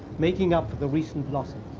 making up for the recent losses.